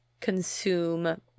consume